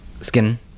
skin